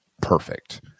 Perfect